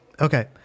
okay